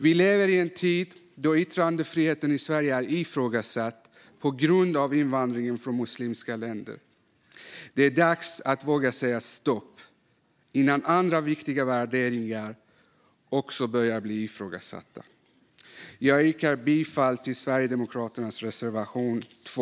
Vi lever i en tid då yttrandefriheten i Sverige är ifrågasatt på grund av invandringen från muslimska länder. Det är dags att våga säga stopp innan andra viktiga värderingar också börjar bli ifrågasatta. Jag yrkar bifall till Sverigedemokraternas reservation 2.